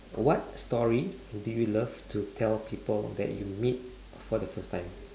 what story do you love to tell people that you meet for the first time